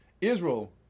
Israel